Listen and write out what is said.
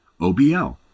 OBL